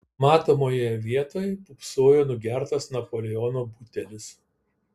matomoje vietoj pūpsojo nugertas napoleono butelis